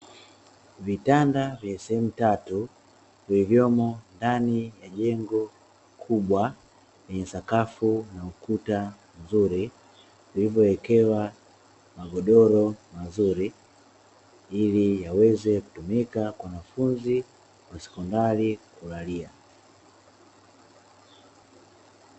Vitanda vya sehemu tatu vilivyomo ndani ya jengo kubwa lenye sakafu na ukuta mzuri vilivyowekewa magodoro mazuri ili yaweze kutumika kwa wanafunzi wa sekondari kulalia.